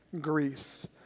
Greece